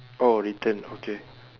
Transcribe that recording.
oh return okay